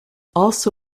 also